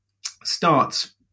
starts